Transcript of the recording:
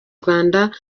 abanyarwanda